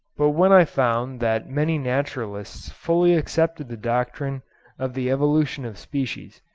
but when i found that many naturalists fully accepted the doctrine of the evolution of species,